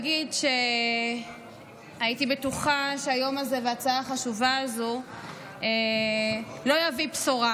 אני אגיד שהייתי בטוחה שהיום הזה וההצעה החשובה הזו לא יביאו בשורה,